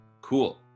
Cool